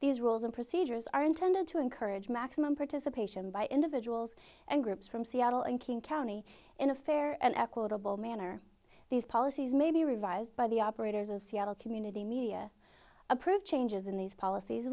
these rules and procedures are intended to encourage maximum participation by individuals and groups from seattle and king county in a fair and equitable manner these policies may be revised by the operators in seattle community media approved changes in these policies